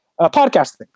podcasting